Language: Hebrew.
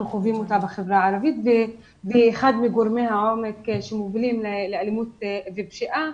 חווים אותה בחברה הערבית והיא אחד מגורמי העומק שמובילים לאלימות בפשיעה